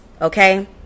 Okay